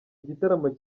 igitaramo